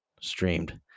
streamed